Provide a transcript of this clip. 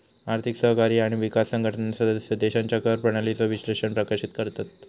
आर्थिक सहकार्य आणि विकास संघटना सदस्य देशांच्या कर प्रणालीचो विश्लेषण प्रकाशित करतत